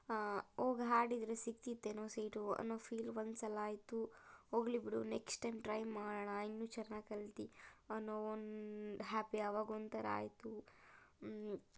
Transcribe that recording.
ಹಾಂ ಹೋಗಿ ಹಾಡಿದರೆ ಸಿಗ್ತಿತ್ತೇನೋ ಸೀಟು ಅನ್ನೋ ಫೀಲ್ ಒಂದ್ಸಲ ಆಯಿತು ಹೋಗಲಿ ಬಿಡು ನೆಕ್ಸ್ಟ್ ಟೈಮ್ ಟ್ರೈ ಮಾಡೋಣ ಇನ್ನೂ ಚೆನ್ನಾಗಿ ಕಲ್ತು ಅನ್ನೋ ಒಂದು ಹ್ಯಾಪಿ ಆವಾಗೊಂಥರ ಆಯಿತು